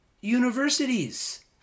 universities